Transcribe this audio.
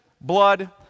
blood